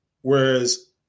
whereas